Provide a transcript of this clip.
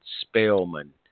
Spellman